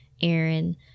Aaron